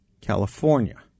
California